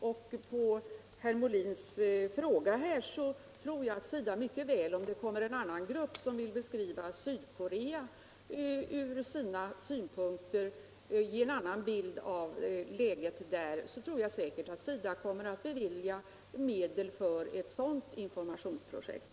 Till herr Molins fråga vill jag säga att jag tror att SIDA mycket väl, om en annan grupp vill beskriva Sydkorea från sina synpunkter och ge - en annan bild av läget, kommer att bevilja medel även för ctt sådant informationsprojekt.